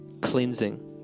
cleansing